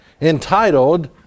entitled